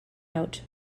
out